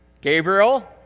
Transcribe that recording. Gabriel